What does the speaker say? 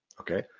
okay